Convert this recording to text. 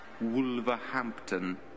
Wolverhampton